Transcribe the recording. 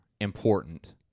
important